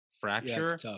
fracture